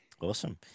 Awesome